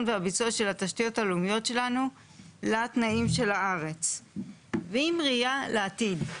והביצוע של התשתיות הלאומיות שלנו לתנאים של הארץ ועם ראייה לעתיד.